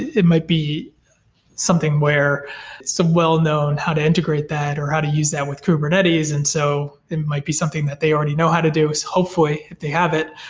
it might be something where some well-known how to integrate that, or how do use that with kubernetes, and so it might be something that they already know how to do is hopefully if they have it.